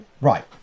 Right